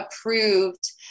approved